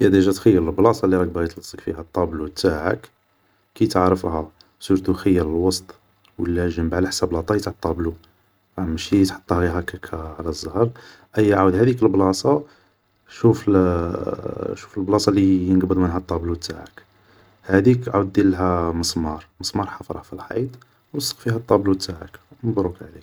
هي ديجا تخيل البلاصة اللي راك باغي تلسق فيها طابلو تاعك, كي تعرفا, سورتو خير الوسط ولا الجنب, على حساب لا طاي تاع الطابلو, فاهم ماشي تحطه غي هاكك على الزهر, أيا عاود هاديك لبلاصة, شوف لبلاصة لي ينقبض منها الطابلو تاعك, هديك عاود ديرلها مسمار, مسمار حفره في الحيط و لسق فيها الطابلو تاعك, مبروك عليك